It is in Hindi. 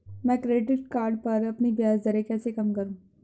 मैं क्रेडिट कार्ड पर अपनी ब्याज दरें कैसे कम करूँ?